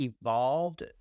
evolved